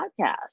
Podcast